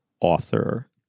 author